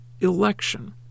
election